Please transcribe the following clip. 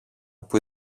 που